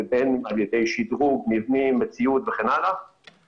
וייצור מקומות עבודה חדשים במשק.